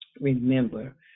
Remember